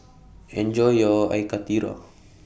Enjoy your Air Karthira